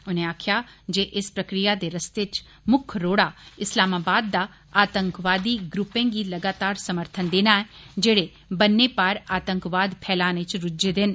उनें आक्खेआ जे इस प्रक्रिया दे रस्ते च मुक्ख रोड़ा इस्लामाबाद दा आतंकवादी ग्रुपें गी लगातार समर्थन देना ऐ जेड़े बन्ने पार आतंकवाद फैलाने च रुज्झे दे न